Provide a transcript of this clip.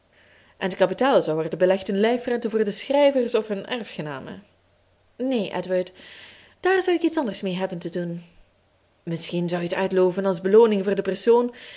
en t kapitaal zou worden belegd in lijfrenten voor de schrijvers of hunne erfgenamen neen edward daar zou ik iets anders mee hebben te doen misschien zou je t uitloven als belooning voor den persoon